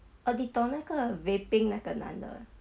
orh 你懂那个 vaping 那个男的